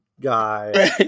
guy